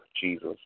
Jesus